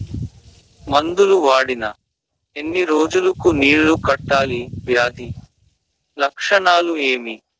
మందులు వాడిన ఎన్ని రోజులు కు నీళ్ళు కట్టాలి, వ్యాధి లక్షణాలు ఏమి?